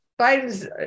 Biden's